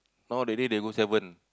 now really they go seven